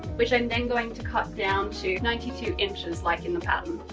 which i'm then going to cut down to ninety two inches like in the pattern.